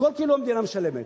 הכול כאילו המדינה משלמת.